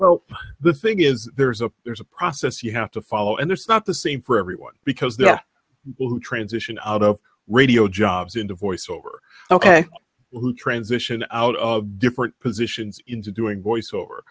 well the thing is there's a there's a process you have to follow and there's not the same for everyone because there are transition out of radio jobs into voice over ok who transition out of different positions into doing voice over